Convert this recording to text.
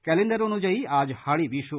calendar অনুযায়ী আজ হাড়ি বিশু